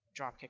Dropkick